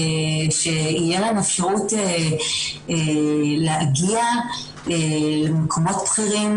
שתהיה להן אפשרות להגיע למקומות בכירים,